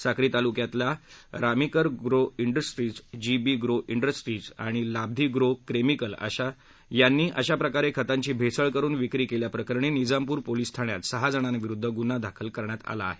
साक्री तालुक्याल्या रामीकर agro industries GB agro industries आणि लाब्धी ग्रो केमिकल यांनी अशाप्रकारे खतांची भेसळ करुन विक्री केल्याप्रकरणी निजामपूर पोलिस ठाण्यात सहा जणांविरुद्ध गुन्हा दाखल करण्यात आला आहे